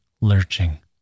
lurching